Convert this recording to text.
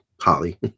Holly